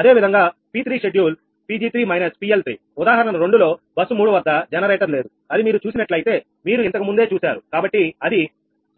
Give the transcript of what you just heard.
అదేవిధంగా P3 schedule Pg3 PL3ఉదాహరణ 2 లో బస్సు 3 వద్ద జనరేటర్ లేదు అది మీరు చూసినట్లయితే మీరు ఇంతకు ముందే చూశారు కాబట్టి అది